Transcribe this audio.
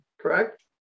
correct